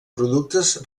productes